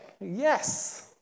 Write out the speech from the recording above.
Yes